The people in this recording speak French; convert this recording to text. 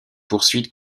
poursuites